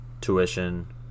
tuition